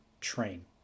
train